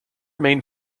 main